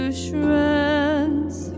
shreds